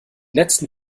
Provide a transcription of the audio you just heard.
letzten